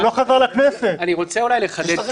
אני רוצה לחדד,